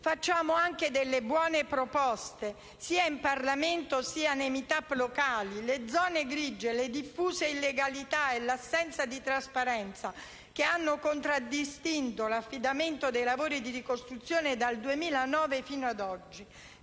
facciamo anche delle buone proposte, sia in Parlamento che nei *meetup* locali, oltre che denunciare da anni le zone grigie, la diffusa illegalità e l'assenza di trasparenza che hanno contraddistinto l'affidamento dei lavori di ricostruzione dal 2009 ad oggi.